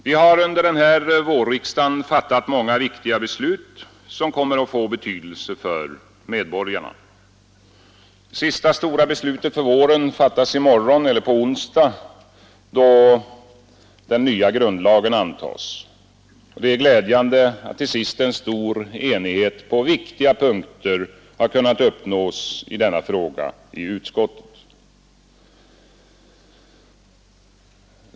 Vi har under denna vårriksdag fattat många viktiga beslut, som kommer att få betydelse för medborgarna. Det sista stora beslutet för våren fattas i morgon eller på onsdag, då den nya grundlagen antas. Det är glädjande att till sist en stor enighet på viktiga punkter har kunnat uppnås i denna fråga i utskottet.